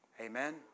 Amen